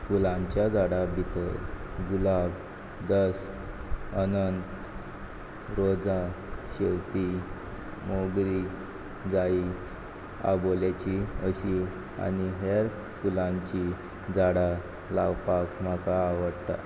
फुलांच्या झाडां भितर गुलाब दस अनंत रोजां शेवतीं मोगरीं जायी आबोलेचीं अशीं आनी हेर फुलांचीं झाडां लावपाक म्हाका आवडटा